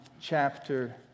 chapter